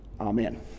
Amen